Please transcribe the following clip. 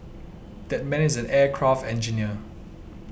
that man is an aircraft engineer